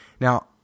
Now